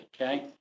Okay